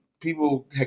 people